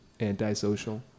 Antisocial